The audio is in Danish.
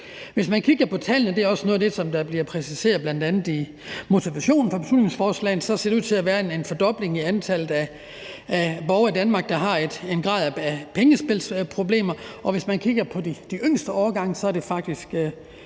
Hvis man kigger på tallene – det er også noget af det, der bliver præciseret i bl.a. motivationen for beslutningsforslaget – ser der ud til at være en fordobling af antallet af borgere i Danmark, der har en grad af pengespilsproblemer, og hvis man kigger på de yngste årgange, er det faktisk